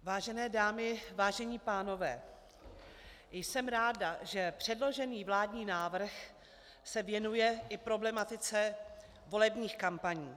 Vážené dámy, vážení pánové, jsem ráda, že předložený vládní návrh se věnuje i problematice volebních kampaní.